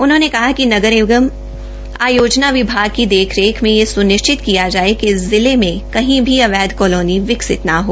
उन्होंने कहा कि नगर एवं आयोजना विभाग की देखरेख मे यह सुनिश्चित किया जाये कि जिला में कही भी अवैध कालोनी विकसित न हो